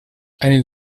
einen